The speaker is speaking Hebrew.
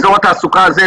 אזור התעסוקה הזה,